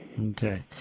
Okay